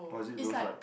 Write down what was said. or is it those like